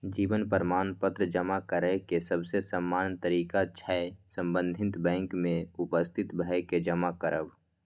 जीवन प्रमाण पत्र जमा करै के सबसे सामान्य तरीका छै संबंधित बैंक में उपस्थित भए के जमा करब